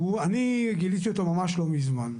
אני גיליתי אותו ממש לא מזמן.